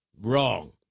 wrong